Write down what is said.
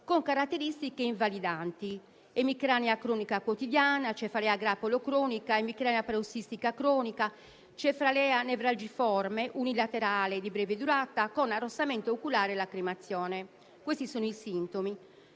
con caratteristiche invalidanti (emicrania cronica quotidiana, cefalea a grappolo cronica, emicrania parossistica cronica, cefalea nevralgiforme unilaterale di breve durata con arrossamento oculare e lacrimazione). Questi sono i sintomi.